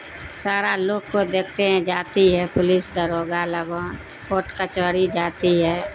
سارا لوگ کو دیکھتے ہیں جاتی ہے پولیس داروغہ کوٹ کچہری جاتی ہے